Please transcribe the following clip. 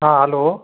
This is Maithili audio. हँ हेलो